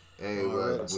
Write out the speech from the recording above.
Hey